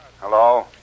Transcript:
Hello